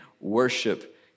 worship